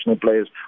players